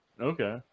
okay